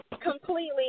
completely